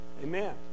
Amen